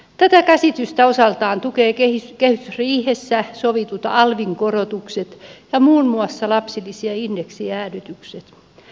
tätä käsitystä osaltaan tukevat kehysriihessä sovitut alvin korotukset ja muun muassa lapsilisien indeksijäädytykset